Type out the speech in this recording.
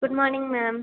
good morning ma'am